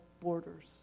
borders